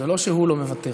זה לא שהוא לא מוותר.